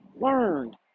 learned